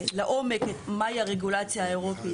לעומק מה היא הרגולציה האירופית,